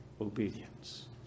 obedience